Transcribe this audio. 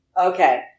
Okay